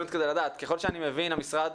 לדעת, ככל שאני מבין, המשרד